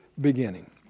beginning